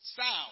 sound